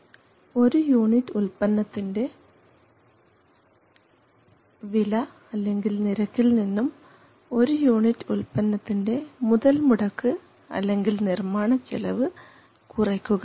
അതായത് ഒരു യൂണിറ്റ് ഉൽപ്പന്നത്തിൻറെ വില അല്ലെങ്കിൽ നിരക്കിൽ നിന്നും ഒരു യൂണിറ്റ് ഉൽപ്പന്നത്തിൻറെ മുതൽമുടക്ക് അല്ലെങ്കിൽ നിർമാണച്ചെലവ് കുറയ്ക്കുക